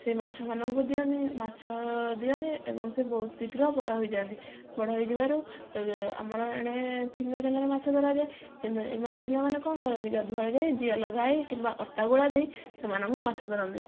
ସେଇ ମାଛମାନଙ୍କୁ ଦିଅନ୍ତି ମାଛ ଦିଅନ୍ତି ଏବଂ ସେ ବହୁତ ଶୀଘ୍ର ବଡ଼ ହୋଇଯାଆନ୍ତି ବଡ଼ ହେଇଯିବାରୁ ଆମର ଏଣେ ଫିଙ୍ଗା ଜାଲରେ ମାଛ ଧରାଯାଏ କିନ୍ତୁ ଏମାନେ ପିଲାମାନେ କ'ଣ କରନ୍ତି ଗାଧୁଆବେଳେ ଯାଇ ଜିଆ ଲଗାଇ କିମ୍ବା ଅଟା ଗୁଳା ଦେଇ ସେମାନଙ୍କୁ ମାଛ ଧରନ୍ତି